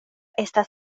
estas